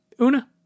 Una